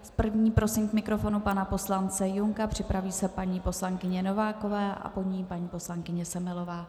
První prosím k mikrofonu pana poslance Junka, připraví se paní poslankyně Nováková a po ní paní poslankyně Semelová.